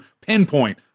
pinpoint